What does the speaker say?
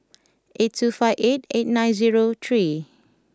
eight two five eight eight nine zero three